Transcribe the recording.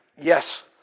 yes